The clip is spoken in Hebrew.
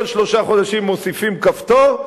כל שלושה חודשים מוסיפים כפתור,